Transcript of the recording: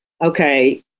okay